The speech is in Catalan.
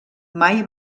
mai